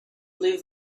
blue